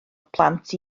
plant